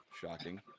shocking